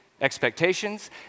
expectations